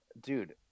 Dude